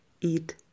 eat